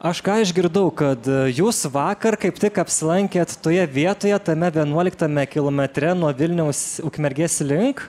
aš ką išgirdau kad jūs vakar kaip tik apsilankėt toje vietoje tame vienuoliktame kilometre nuo vilniaus ukmergės link